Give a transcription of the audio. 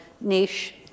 niche